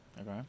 Okay